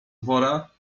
wora